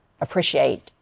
appreciate